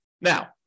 Now